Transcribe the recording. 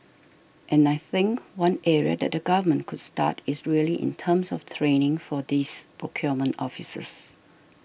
and I think one area that the Government could start is really in terms of training for these procurement officers